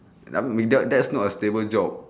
um without that that's not a stable job